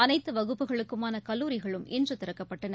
அனைத்து வகுப்புகளுக்குமான கல்லூரிகளும் இன்று திறக்கப்பட்டன